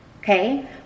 Okay